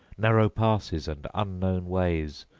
narrow passes and unknown ways,